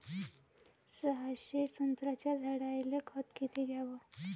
सहाशे संत्र्याच्या झाडायले खत किती घ्याव?